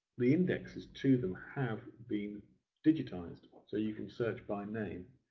the indexes to them have been digitised so you can search by name.